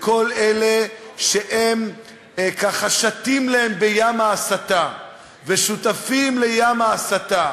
לכל אלה שהם ככה שטים להם בים ההסתה ושותפים לים ההסתה